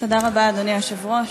אדוני היושב-ראש,